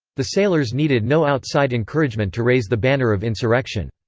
the sailors needed no outside encouragement to raise the banner of insurrection.